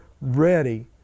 ready